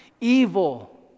Evil